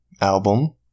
album